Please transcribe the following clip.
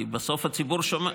כי בסוף הציבור שומע.